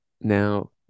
now